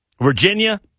Virginia